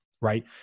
right